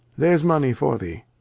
there's money for thee.